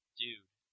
dude